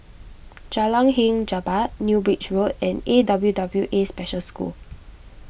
Jalan Hang Jebat New Bridge Road and A W W A Special School